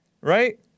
Right